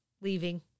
leaving